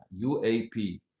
uap